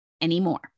anymore